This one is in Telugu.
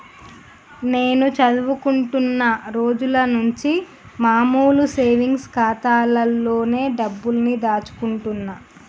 నేను చదువుకుంటున్న రోజులనుంచి మామూలు సేవింగ్స్ ఖాతాలోనే డబ్బుల్ని దాచుకుంటున్నా